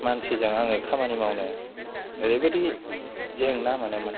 मानसिजों आङो खामानि मावनो ओरैबायदि जेंना मोनोमोन